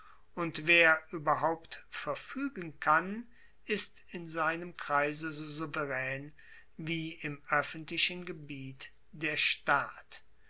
und wer ueberhaupt verfuegen kann ist in seinem kreise so souveraen wie im oeffentlichen gebiet der staat